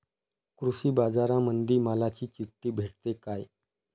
कृषीबाजारामंदी मालाची चिट्ठी भेटते काय?